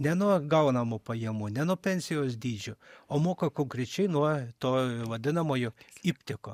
ne nuo gaunamų pajamų ne nuo pensijos dydžio o moka konkrečiai nuo to vadinamojo iptiko